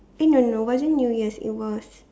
eh no no wasn't new year's it was